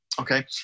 Okay